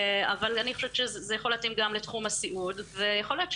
אבל אני חושבת שזה יכול להתאים גם לתחום הסיעוד ויכול להיות ששווה,